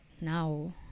now